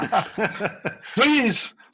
Please